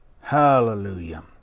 Hallelujah